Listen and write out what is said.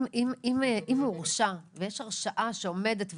אם הוא הורשע ויש הרשעה שעומדת ותלויה,